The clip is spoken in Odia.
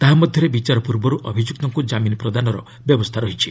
ତାହା ମଧ୍ୟରେ ବିଚାର ପୂର୍ବରୁ ଅଭିଯୁକ୍ତଙ୍କୁ ଜାମିନ୍ ପ୍ରଦାନର ବ୍ୟବସ୍ଥା ରହିଛି